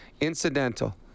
Incidental